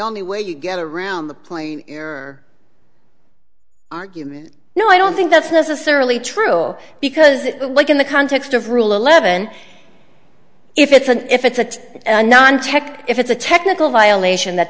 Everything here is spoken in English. only way you get around the plane argument no i don't think that's necessarily true because it like in the context of rule eleven if it's an if it's a non tech if it's a technical violation that